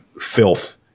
Filth